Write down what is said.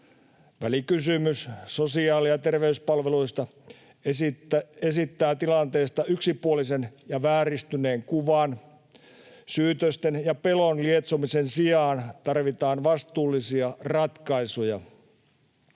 Välikysymys sosiaali- ja terveyspalveluista esittää tilanteesta yksipuolisen ja vääristyneen kuvan. Syytösten ja pelon lietsomisen sijaan tarvitaan vastuullisia ratkaisuja.